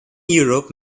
europe